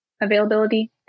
availability